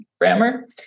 grammar